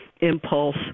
impulse